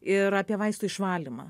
ir apie vaistų išvalymą